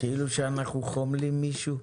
שאנחנו חומלים מישהו?